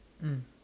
mm